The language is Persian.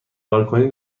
بالکنی